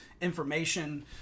information